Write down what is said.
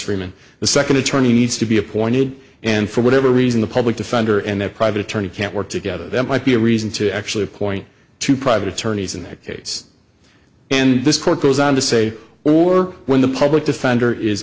freiman the second attorney needs to be appointed and for whatever reason the public defender and the private attorney can't work together that might be a reason to actually point to private attorneys in that case and this court goes on to say or when the public defender is